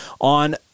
on